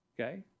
Okay